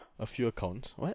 a few accounts what